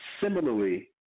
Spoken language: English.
similarly